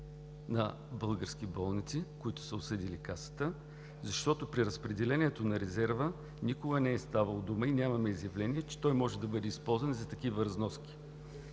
на български болници, които са осъдили Касата, защото при разпределението на резерва никога не е ставало дума и нямаме изявление, че той може да бъде използван и за такива разноски?